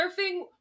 surfing